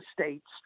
states